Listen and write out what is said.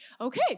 Okay